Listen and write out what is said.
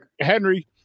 Henry